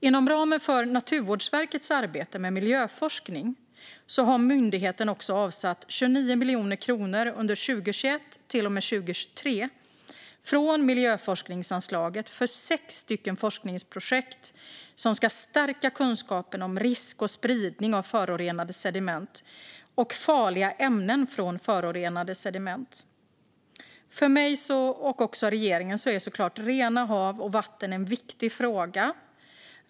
Inom ramen för Naturvårdsverkets arbete med miljöforskning har myndigheten också avsatt 29 miljoner kronor under 2021-2023 från miljöforskningsanslaget för sex forskningsprojekt som ska stärka kunskap om risk och spridning av förorenade sediment och farliga ämnen från förorenade sediment. För mig och regeringen är såklart rena hav och vatten en viktig fråga.